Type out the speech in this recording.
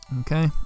Okay